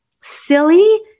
silly